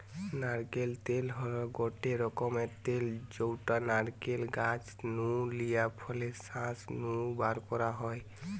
নারকেল তেল হল গটে রকমের তেল যউটা নারকেল গাছ নু লিয়া ফলের শাঁস নু বারকরা হয়